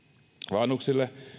vanhuksille